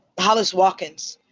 hollis watkins,